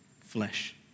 flesh